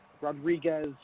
Rodriguez